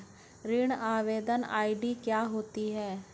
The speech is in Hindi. ऋण आवेदन आई.डी क्या होती है?